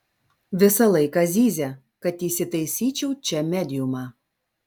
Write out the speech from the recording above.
visą laiką zyzia kad įsitaisyčiau čia mediumą